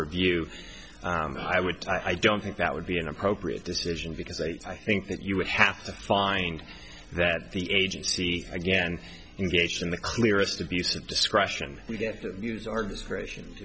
review i would i don't think that would be an appropriate decision because i think that you would have to find that the agency again engaged in the clearest abuse of discretion we did to use our discretion